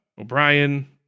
O'Brien